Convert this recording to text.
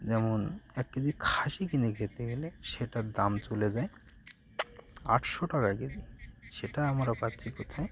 যেমন এক কেজি খাসি কিনে খেতে গেলে সেটার দাম চলে যায় আটশো টাকা কেজি সেটা আমরা পাচ্ছি কোথায়